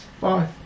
Bye